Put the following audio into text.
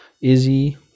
Izzy